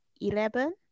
eleven